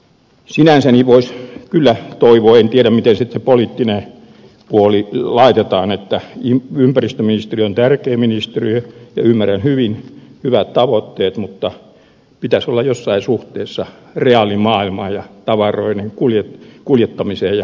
sinänsä voisi kyllä toivoa en tiedä miten sitten se poliittinen puoli laitetaan että ympäristöministeriö on tärkein ministeriö ja ymmärrän hyvin hyvät tavoitteet mutta asioiden pitäisi olla jossain suhteessa reaalimaailmaan tavaroiden kuljettamiseen ja logistiikkaan